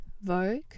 Vogue